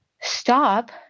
stop